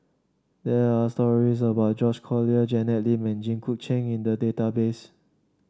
there are stories about George Collyer Janet Lim and Jit Koon Ch'ng in the database